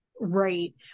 Right